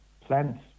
plants